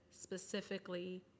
specifically